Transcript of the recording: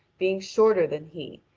being shorter than he,